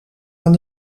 aan